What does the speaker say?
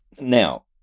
now